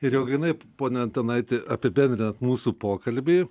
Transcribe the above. ir jau grynai pone antanaiti apibendrinant mūsų pokalbį